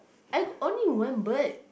I got only one bird